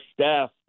staff